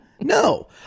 No